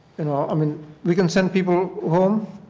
and ah i mean we can send people home